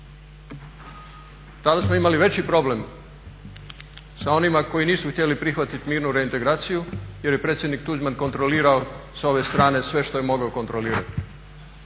Tada smo imali veći problem sa onima koji nisu htjeli prihvatiti mirnu reintegraciju jer je predsjednik Tuđman kontrolirao s ove strane sve što je mogao kontrolirati.